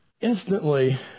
Instantly